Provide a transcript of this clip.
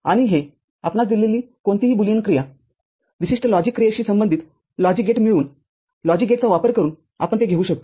आणि हे आपणास दिलेली कोणतीही बुलियन क्रियाविशिष्ट लॉजिक क्रियेशी संबंधित लॉजिक गेटमिळवून लॉजिक गेटचा वापर करून आपण ते घेऊन शकतो